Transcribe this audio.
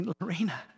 Lorena